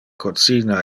cocina